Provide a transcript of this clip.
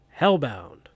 Hellbound